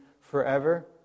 forever